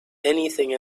anything